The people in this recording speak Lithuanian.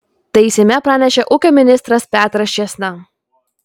tai seime pranešė ūkio ministras petras čėsna